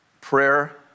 Prayer